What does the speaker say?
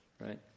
Right